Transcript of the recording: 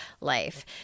life